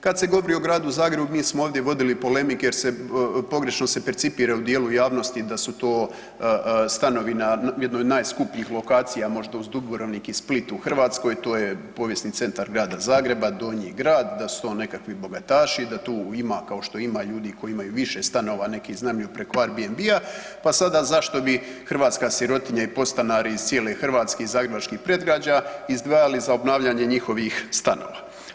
Kad se govori o Gradu Zagrebu mi smo ovdje vodili polemike jer se pogrešno se percipira u dijelu javnosti da su to stanovi na jednoj od najskupljih lokacija možda uz Dubrovnik i Split u Hrvatskoj, to je povijesni centar Grada Zagreba, Donji Grad, da su to nekakvi bogataši, da tu ima kao što ima ljudi koji imaju više stanova, neki iznajmljuju preko Airbnba pa sada zašto bi hrvatska sirotinja i podstanari iz cijele Hrvatske, iz zagrebačkih predgrađa izdvajali za obnavljanje njihovih stanova.